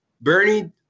Bernie